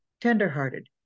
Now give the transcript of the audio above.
tenderhearted